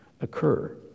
occur